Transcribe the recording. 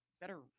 better